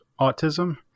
autism